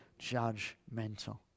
judgmental